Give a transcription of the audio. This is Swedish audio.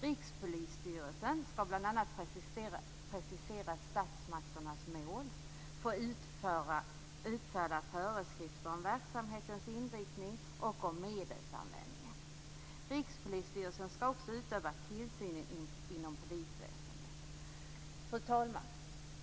Rikspolisstyrelsen skall bl.a. precisera statsmakternas mål, utfärda föreskrifter om verksamhetens inriktning och om medelsanvändningen. Rikspolisstyrelsen skall också utöva tillsynen inom polisväsendet. Fru talman!